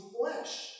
flesh